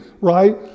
right